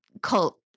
cult